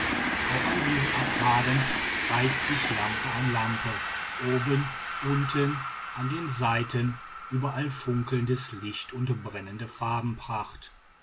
auch an diesen arkaden reiht sich lampe an lampe oben unten an den seiten überall funkelndes licht und brennende farbenpracht